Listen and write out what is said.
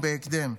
ובהקדם.